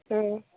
ம்